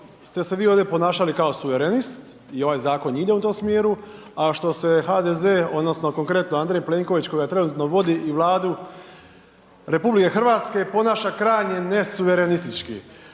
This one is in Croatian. ste se vi ovdje ponašali kao suverenist i ovaj zakon ide u tom smjeru. A što se HDZ-e odnosno konkretno Andrej Plenković koji ga trenutno vodi i Vladu Republike Hrvatske ponaša krajnje nesuverenistički.